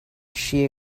she